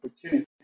opportunity